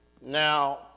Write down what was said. Now